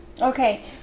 okay